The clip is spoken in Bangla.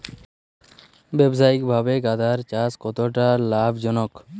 ব্যবসায়িকভাবে গাঁদার চাষ কতটা লাভজনক?